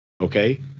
Okay